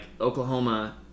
Oklahoma